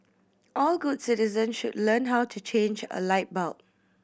all good citizens should learn how to change a light bulb